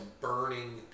burning